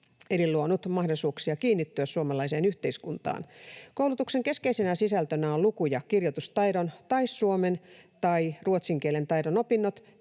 eli luonut mahdollisuuksia kiinnittyä suomalaiseen yhteiskuntaan. Koulutuksen keskeisenä sisältönä on luku‑ ja kirjoitustaidon ja suomen tai ruotsin kielen taidon opinnot